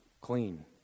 clean